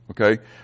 okay